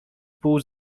pół